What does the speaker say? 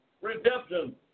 redemption